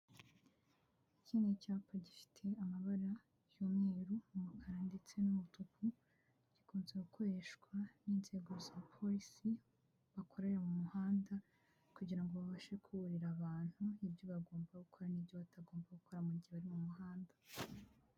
Iki ni icyapa gifite amabara y'umweru umukara ndetse n'umutuku, gikunze gukoreshwa n'inzego za polisi bakorera mu muhanda kugira ngo babashe kuburira abantu ibyo bagomba gukora n'ibyo batagomba gukora mu gihe bari mu muhanda.